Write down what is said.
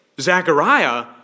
Zechariah